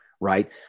right